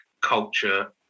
culture